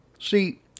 See